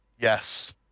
Yes